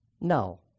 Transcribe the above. No